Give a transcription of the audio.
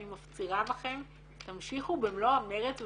אני מפצירה בכם, תמשיכו במלוא המרץ ובמהירות.